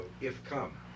if-come